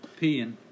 peeing